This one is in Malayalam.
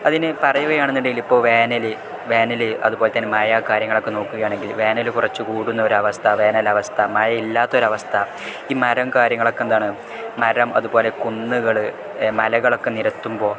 അതിന് പറയുകയാണെന്നുണ്ടെങ്കിൽ ഇപ്പോൾ വേനൽ വേനൽ അതുപോലെത്തന്നെ മഴ കാര്യങ്ങളൊക്കെ നോക്കുകയാണെങ്കിൽ വേനൽ കുറച്ച് കൂടുന്നൊരവസ്ഥ വേനൽ അവസ്ഥ മഴ ഇല്ലാത്തൊരവസ്ഥ ഈ മരം കാര്യങ്ങളൊക്കെ എന്താണ് മരം അതുപോലെ കുന്നുകൾ മലകളൊക്കെ നിരത്തുമ്പോൾ